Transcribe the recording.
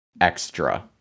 extra